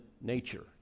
nature